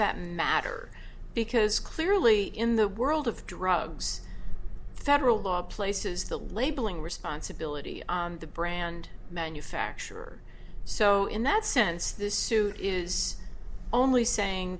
that matter because clearly in the world of drugs federal law places the labeling responsibility the brand manufacturer so in that sense this suit is only saying